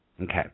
Okay